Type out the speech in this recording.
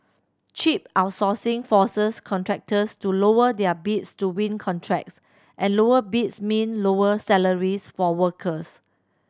cheap outsourcing forces contractors to lower their bids to win contracts and lower bids mean lower salaries for workers